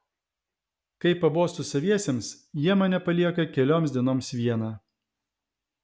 kai pabostu saviesiems jie mane palieka kelioms dienoms vieną